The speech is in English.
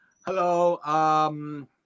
hello